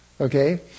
okay